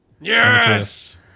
Yes